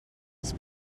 els